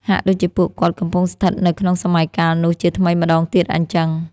ហាក់ដូចជាពួកគាត់កំពុងស្ថិតនៅក្នុងសម័យកាលនោះជាថ្មីម្តងទៀតអញ្ចឹង។